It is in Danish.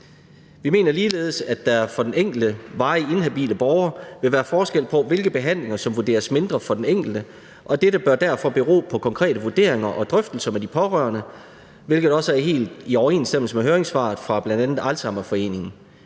Vi mener ligeledes, at der for den enkelte varigt inhabile borgere vil være forskel på, hvilke behandlinger der vurderes som mindre for den enkelte, og dette bør derfor bero på konkrete vurderinger og drøftelser med de pårørende, hvilket også er helt i overensstemmelse med høringssvaret fra bl.a. Alzheimerforeningen.